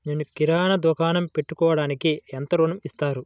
నేను కిరాణా దుకాణం పెట్టుకోడానికి ఎంత ఋణం ఇస్తారు?